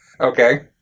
Okay